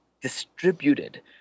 distributed